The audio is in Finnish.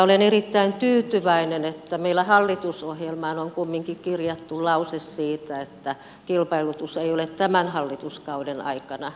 olen erittäin tyytyväinen että meillä hallitusohjelmaan on kumminkin kirjattu lause siitä että kilpailutus ei ole tämän hallituskauden aikana ajankohtaista